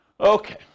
Okay